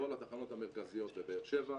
בכל התחנות המרכזיות בבאר שבע,